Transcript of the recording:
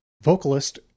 vocalist